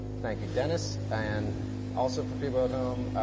thank you, denis. and also for people at home,